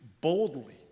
boldly